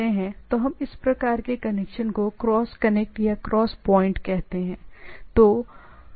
तो या दूसरे अर्थ में हम इस प्रकार को क्रॉस कनेक्ट या क्रॉस पॉइंट कहते हैं